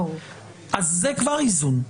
אז זה כבר איזון.